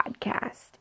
podcast